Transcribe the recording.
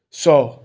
ਸੌ